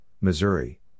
Missouri